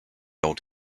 old